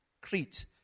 crete